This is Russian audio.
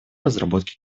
разработке